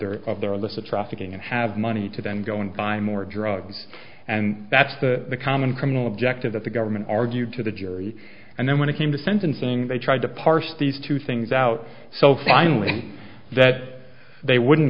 their of their list of trafficking and have money to then go and buy more drugs and that's the common criminal objective that the government argued to the jury and then when it came to sentencing they tried to parse these two things out so finally that they wouldn't